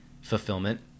fulfillment